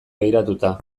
begiratuta